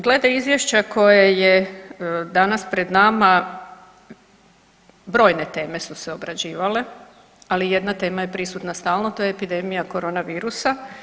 Glede Izvješća koje je danas pred nama, brojne teme su se obrađivale, ali jedna tema je prisutna stalno, to je epidemija koronavirusa.